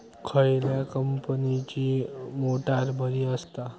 खयल्या कंपनीची मोटार बरी असता?